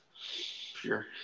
Sure